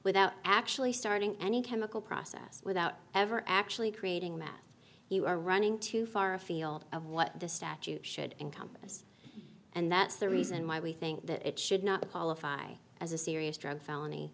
without actually starting any chemical process without ever actually creating math you are running too far afield of what the statute should encompass and that's the reason why we think that it should not a policy i as a serious drug felony